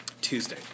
Tuesday